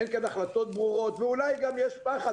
אין כאן החלטות ברורות ואולי גם יש פחד